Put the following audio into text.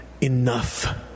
enough